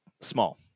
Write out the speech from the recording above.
small